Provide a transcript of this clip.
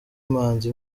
imanzi